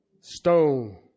stone